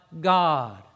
God